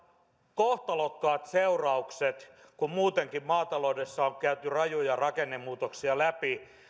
kohtalokkaat seuraukset kun muutenkin maataloudessa on käyty läpi rajuja rakennemuutoksia